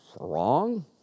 wrong